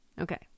Okay